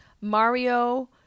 Mario